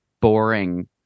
boring